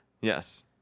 Yes